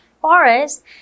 forest